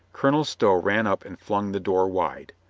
colonel stow ran up and flung the door wide.